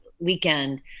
weekend